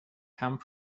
come